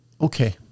Okay